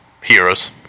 heroes